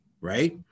right